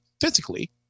physically